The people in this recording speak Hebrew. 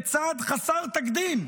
בצעד חסר תקדים,